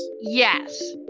Yes